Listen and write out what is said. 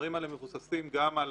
הדברים האלה מבוססים גם על